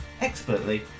expertly